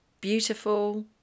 Beautiful